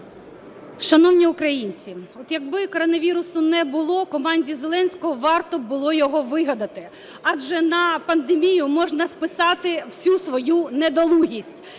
Шановні українці, якби коронавірусу не було, команді Зеленського варто було його вигадати, адже на пандемію можна списати всю свою недолугість